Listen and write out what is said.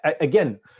again